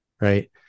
right